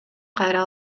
кайра